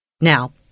Now